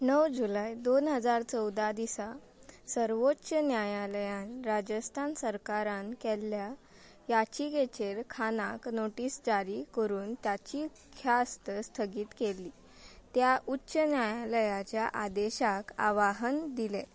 णव जुलाय दोन हजार चवदा दिसा सर्वोच्च न्यायालयान राजस्थान सरकारान केल्ल्या याचिकेचेर खानाक नोटीस जारी करून ताची ख्यास्त स्थगीत केली त्या उच्च न्यायालयाच्या आदेशाक आवाहन दिलें